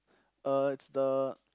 uh it's the